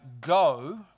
go